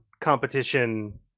competition